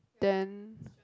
then